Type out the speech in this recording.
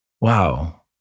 Wow